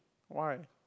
why